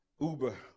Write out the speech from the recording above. Uber